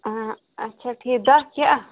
اۭں اچھا ٹھیٖک دہ کیاہ